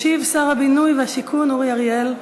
ישיב שר הבינוי והשיכון אורי אריאל.